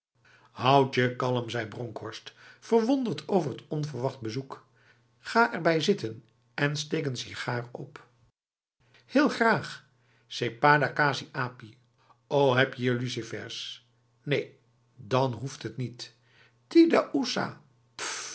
je kalm zei bronkhorst verwonderd over het onverwacht bezoek ga erbij zitten en steek een sigaar op heel graag sepada kasi api o heb je hier lucifers neen dan hoeft het niet